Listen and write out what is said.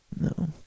No